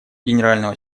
генерального